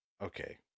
okay